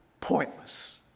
pointless